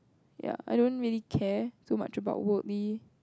ya I don't really care so much about would we